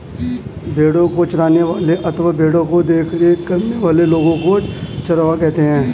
भेड़ों को चराने वाले अथवा भेड़ों की देखरेख करने वाले लोगों को चरवाहा कहते हैं